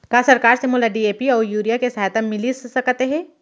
का सरकार से मोला डी.ए.पी अऊ यूरिया के सहायता मिलिस सकत हे?